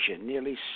Nearly